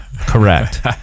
Correct